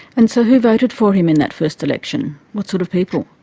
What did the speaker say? and so who voted for him in that first election? what sort of people?